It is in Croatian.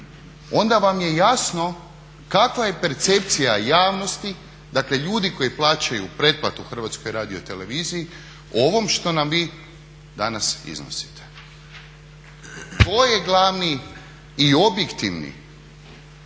onda vam je jasno kakva je percepcija javnosti, dakle ljudi koji plaćaju pretplatu HRT-u o ovom što nam vi danas iznosite. To je glavni i objektivni